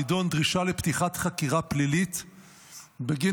הנדון: דרישה לפתיחת חקירה פלילית בגין